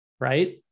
right